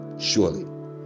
Surely